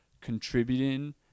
contributing